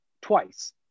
twice